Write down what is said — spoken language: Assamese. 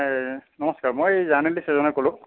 এই নমস্কাৰ মই জাৰ্নেলিষ্ট এজনে ক'লোঁ